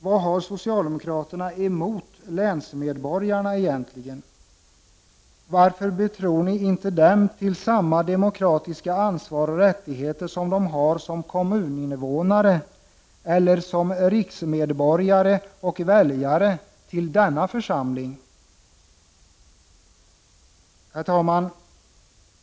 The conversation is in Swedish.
Vad har socialdemokraterna emot länsmedborgarna egentligen? Varför betror ni dem inte i deras egenskap av länsmedborgare samma demokratiska ansvar och rättigheter som de har som kommuninvånare eller som riksmedborgare och väljare av denna församling? Herr talman!